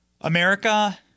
America